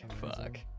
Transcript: fuck